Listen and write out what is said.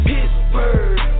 Pittsburgh